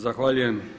Zahvaljujem.